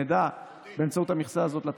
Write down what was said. נדע לתת מענה באמצעות המכסה הזאת.